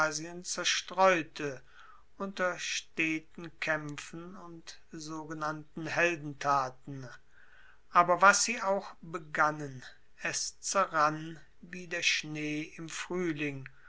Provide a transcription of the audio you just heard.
zerstreute unter steten kaempfen und sogenannten heldentaten aber was sie auch begannen es zerrann wie der schnee im fruehling